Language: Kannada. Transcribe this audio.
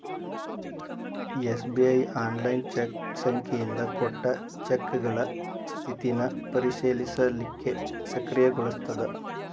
ಎಸ್.ಬಿ.ಐ ಆನ್ಲೈನ್ ಚೆಕ್ ಸಂಖ್ಯೆಯಿಂದ ಕೊಟ್ಟ ಚೆಕ್ಗಳ ಸ್ಥಿತಿನ ಪರಿಶೇಲಿಸಲಿಕ್ಕೆ ಸಕ್ರಿಯಗೊಳಿಸ್ತದ